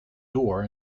door